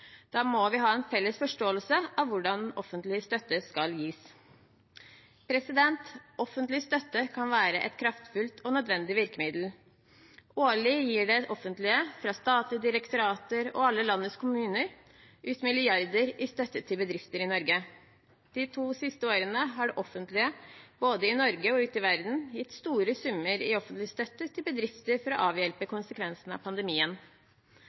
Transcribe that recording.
Da må vi ha en felles forståelse av hvordan offentlig støtte skal gis. Offentlig støtte kan være et kraftfullt og nødvendig virkemiddel. Årlig gir det offentlige – fra statlige direktorater og alle landets kommuner – ut milliarder av kroner i støtte til bedrifter i Norge. De to siste årene har det offentlige, både i Norge og ute i verden, gitt store summer i offentlig støtte til bedrifter for å avhjelpe konsekvensene av pandemien.